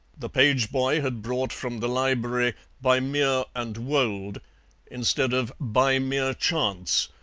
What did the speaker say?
the page-boy had brought from the library by mere and wold instead of by mere chance,